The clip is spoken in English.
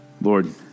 Lord